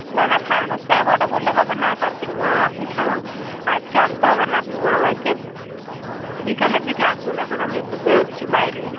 না না সাড়ে দশটা এগারোটা করলে হবে না তার থেকে বরং আপনি ছাড়ুন আজকে আসতে হবে না ওরম আজকে বিকেলের দিকে আসুন এখন আমি একটু বেরোচ্ছি বাইরে